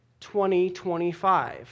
2025